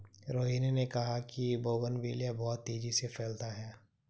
रोहिनी ने कहा कि बोगनवेलिया बहुत तेजी से फैलता है